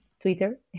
Twitter